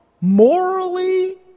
morally